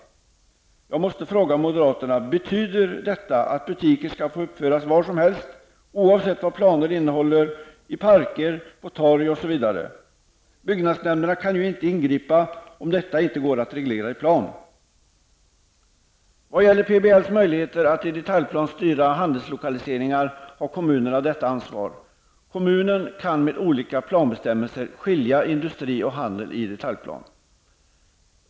Jag måste fråga moderaterna: Betyder detta att butiker skall få uppföras var som helst, oavsett vad planer innehåller, i parker, på torg osv.? Byggnadsnämnderna kan ju inte ingripa om detta inte går att reglera i plan. I vad gäller PBLs möjligheter att i detaljplan styra handelslokaliseringar har kommunerna detta ansvar. Kommunen kan med olika planbestämmelser skilja industri och handel i detaljplan.